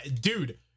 Dude